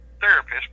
therapist